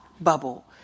bubble